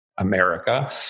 America